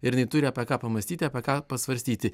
ir jinai turi apie ką pamąstyti apie ką pasvarstyti